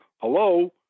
hello